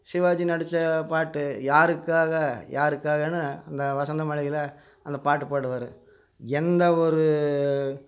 சிவாஜி நடித்தப் பாட்டு யாருக்காக யாருக்காகனு அந்த வசந்த மாளிகையில் அந்தப் பாட்டு பாடுவார் எந்த ஒரு